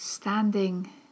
Standing